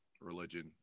religion